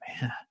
man